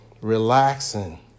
Relaxing